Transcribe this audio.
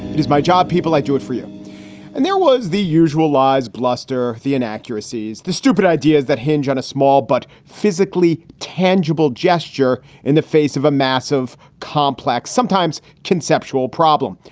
it is my job. people like do it for you and there was the usual lies, bluster. the inaccuracy is the stupid ideas that hinge on a small but physically tangible gesture in the face of a massive, complex, sometimes conceptual problem.